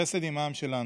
חסד עם העם שלנו.